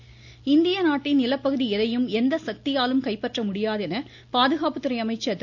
ராஜ்நாத்சிங் இந்திய நாட்டின் நிலப்பகுதி எதையும் எந்த சக்தியாலும் கைப்பற்ற முடியாது எனபாதுகாப்பு துறை அமைச்சர் திரு